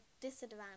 disadvantage